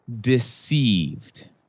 deceived